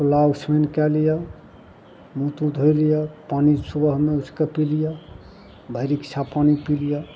कुल्ला आचमनि कए लिअ मुँह तुँह धोइ लिय पानि सुबहमे उठिके पी लिअ भरि इच्छा पानि पी लिय